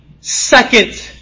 second